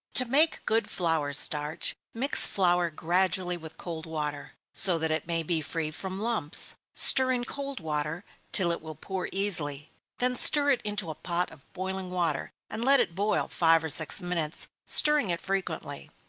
to make good flour starch, mix flour gradually with cold water, so that it may be free from lumps. stir in cold water till it will pour easily then stir it into a pot of boiling water, and let it boil five or six minutes, stirring it frequently.